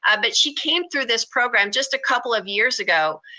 um but she came through this program just a couple of years ago.